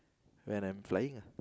when I'm flying lah